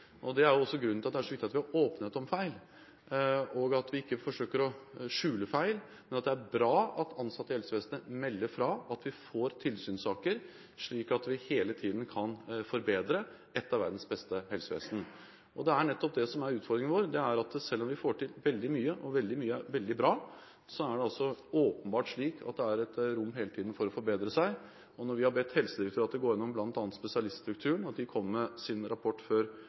Det er også grunnen til at det er så viktig at vi har åpenhet om feil, og at vi ikke forsøker å skjule feil. Det er bra at ansatte i helsevesenet melder fra, og at vi får tilsynssaker, slik at vi hele tiden kan forbedre ett av verdens beste helsevesen. Det er nettopp det som er utfordringen vår: Selv om vi får til veldig mye, og veldig mye er veldig bra, er det åpenbart slik at det hele tiden er rom for å forbedre seg. Når vi har bedt Helsedirektoratet gå igjennom bl.a. spesialiststrukturen, og at de kommer med sin rapport før